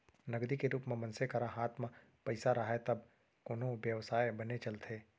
नगदी के रुप म मनसे करा हात म पइसा राहय तब कोनो बेवसाय बने चलथे